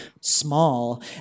small